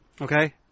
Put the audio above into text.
Okay